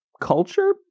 culture